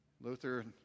Luther